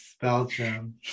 Belgium